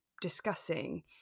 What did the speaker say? discussing